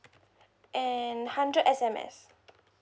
and hundred S_M_S